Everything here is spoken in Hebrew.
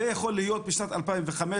זה יכול להיות משנת 2005,